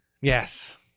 Yes